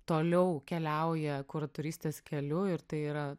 toliau keliauja kuratorystės keliu ir tai yra